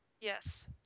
Yes